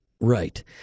right